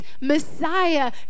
Messiah